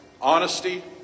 honesty